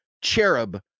cherub